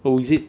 oh is it